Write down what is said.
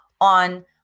on